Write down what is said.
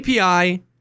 API